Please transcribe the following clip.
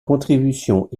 contributions